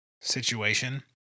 situation